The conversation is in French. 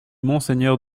monseigneur